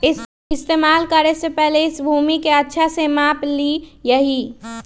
इस्तेमाल करे से पहले इस भूमि के अच्छा से माप ली यहीं